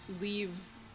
leave